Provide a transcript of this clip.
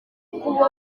ukuboko